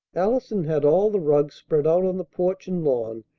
allison had all the rugs spread out on the porch and lawn,